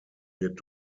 wird